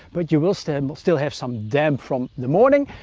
but, you will still and will still have some damp from the morning,